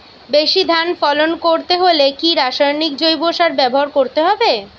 বেশি ধান ফলন করতে হলে কি রাসায়নিক জৈব সার ব্যবহার করতে হবে?